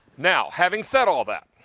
now, having said all that,